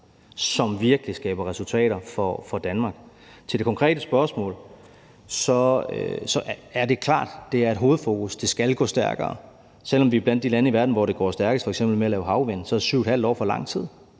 som virkelig skaber resultater for Danmark. Til det konkrete spørgsmål vil jeg sige, at det er klart, at det er et hovedfokus, at det skal gå stærkere. Selv om vi er blandt de lande i verden, hvor det går stærkest f.eks. med at lave havvindmølleparker, så er 7½ år for lang tid